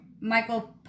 Michael